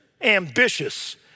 ambitious